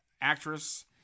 actress